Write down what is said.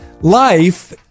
Life